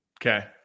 Okay